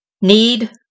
need